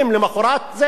ולמחרת.